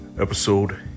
Episode